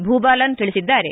ಭೂಬಾಲನ್ ತಿಳಿಸಿದ್ದಾರೆ